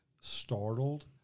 startled